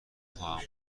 خواهم